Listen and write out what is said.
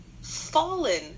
fallen